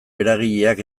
eragileak